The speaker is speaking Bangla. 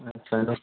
আচ্ছা